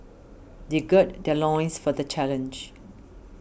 they gird their loins for the challenge